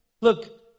look